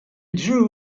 drew